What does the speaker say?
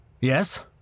yes